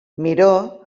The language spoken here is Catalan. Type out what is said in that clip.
miró